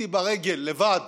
ברגל לבד